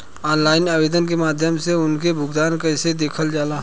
Online आवेदन के माध्यम से उनके भुगतान कैसे देखल जाला?